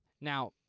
Now